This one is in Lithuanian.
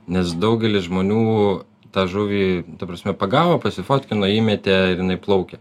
nes daugelis žmonių tą žuvį ta prasme pagavo pasifotkino įmetė ir jinai plaukia